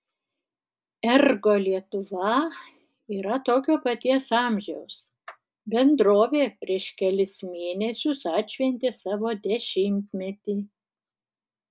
ergo lietuva yra tokio paties amžiaus bendrovė prieš kelis mėnesius atšventė savo dešimtmetį